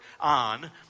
on